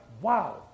wow